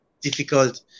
Difficult